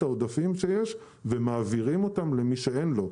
העודפים שיש ומעבירים אותם למי שאין לו.